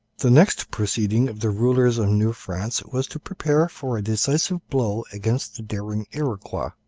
the next proceeding of the rulers of new france was to prepare for a decisive blow against the daring iroquois.